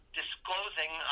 disclosing